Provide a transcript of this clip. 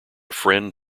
friend